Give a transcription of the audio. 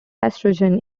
estrogen